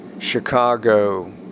Chicago